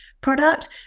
product